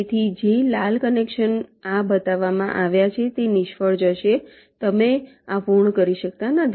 તેથી જે લાલ કનેક્શન આ બતાવવામાં આવ્યું છે તે નિષ્ફળ જશે તમે આ પૂર્ણ કરી શકતા નથી